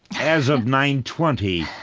as of nine twenty,